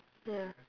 ya